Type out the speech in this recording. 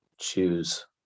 choose